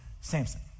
Samson